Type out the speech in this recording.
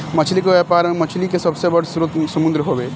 मछली के व्यापार में मछली के सबसे बड़ स्रोत समुंद्र हवे